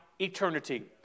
eternity